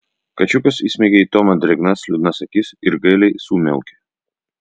kačiukas įsmeigė į tomą drėgnas liūdnas akis ir gailiai sumiaukė